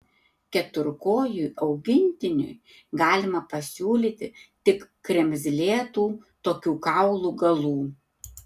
keturkojui augintiniui galima pasiūlyti tik kremzlėtų tokių kaulų galų